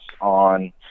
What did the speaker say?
on